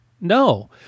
No